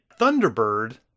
Thunderbird